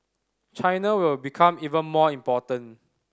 China will become even more important